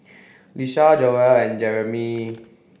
Lisha Joell and Jerimy